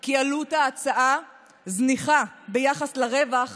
כי עלות ההצעה זניחה ביחס לרווח